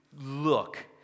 look